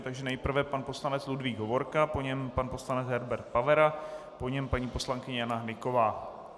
Takže nejprve pan poslanec Ludvík Hovorka, po něm pan poslanec Herbert Pavera, po něm paní poslankyně Jana Hnyková.